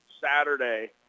Saturday